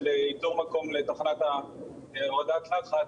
של ליצור מקום לתחנת הורדת לחץ,